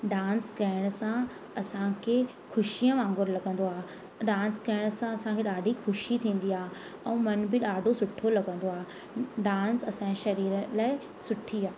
dance करण सां असांखे ख़ुशीअ वांग़ुरु लॻंदो आहे डांस करण सां असांखे ॾाढी ख़ुशी थींदी आहे ऐं मन बि ॾाढो सुठो लॻंदो आहे डांस असांजे शरीर लाइ सुठी आहे